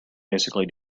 basically